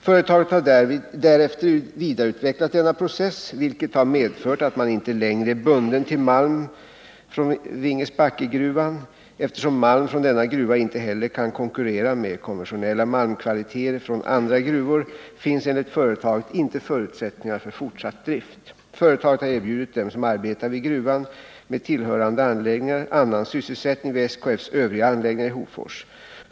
Företaget har därefter vidareutvecklat denna process, vilket har medfört att man inte längre är bunden till malm från Vingesbackegruvan. Eftersom malm från denna gruva inte heller kan konkurrera med konventionella malmkvaliteter från andra gruvor, finns enligt företaget inte förutsättningar för fortsatt drift. Företaget har erbjudit dem som arbetar vid gruvan med tillhörande anläggningar annan sysselsättning vid SKF:s övriga anläggningar i Hofors.